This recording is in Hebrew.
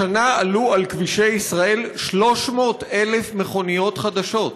השנה עלו על כבישי ישראל 300,000 מכוניות חדשות.